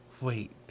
wait